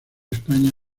españa